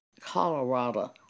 Colorado